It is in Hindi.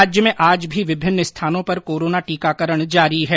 राज्य में आज भी विभिन्न स्थानों पर कोरोना टीकाकरण जारी है